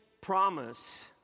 promise